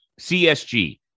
CSG